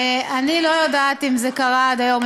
אני לא יודעת אם זה קרה עד היום,